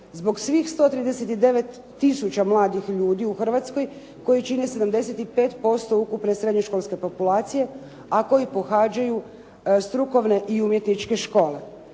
Zbog svih 139000 mladih ljudi u Hrvatskoj koji čine 75% ukupne srednjoškolske populacije, a koji pohađaju strukovne i umjetničke škole.